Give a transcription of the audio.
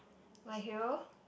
my hero